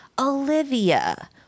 Olivia